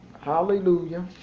hallelujah